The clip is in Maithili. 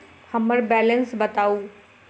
हम्मर बैलेंस बताऊ